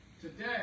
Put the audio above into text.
today